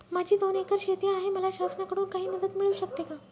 माझी दोन एकर शेती आहे, मला शासनाकडून काही मदत मिळू शकते का?